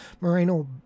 Moreno